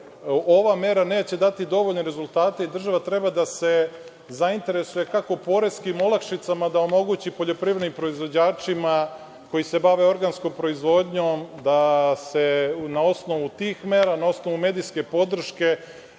ova mera neće dati dovoljne rezultate i država treba da se zainteresuje, kako poreskim olakšicama da omogući poljoprivrednim proizvođačima, koji se bave organskom proizvodnjom, da se na osnovu tih mera, na osnovu medijske podrške,